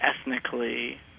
ethnically